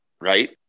right